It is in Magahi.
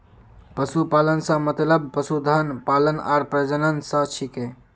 पशुपालन स मतलब पशुधन पालन आर प्रजनन स छिके